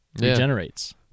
regenerates